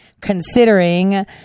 considering